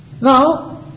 Now